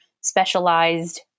specialized